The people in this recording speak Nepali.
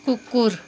कुकुर